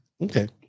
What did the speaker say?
okay